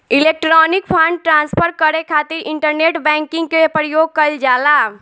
electronic fund transfer करे खातिर internet banking के प्रयोग कईल जाला